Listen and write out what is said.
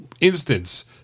instance